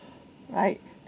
right